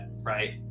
right